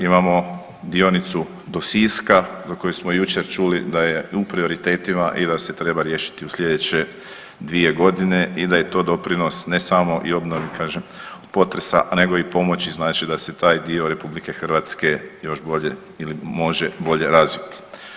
Imamo dionicu do Siska za koju smo jučer čuli da je u prioritetima i da se treba riješiti u sljedeće dvije godine i da je to doprinos ne samo i obnovi potresa nego i pomoći znači da se taj dio RH još bolje ili može bolje razviti.